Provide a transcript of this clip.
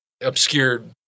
obscured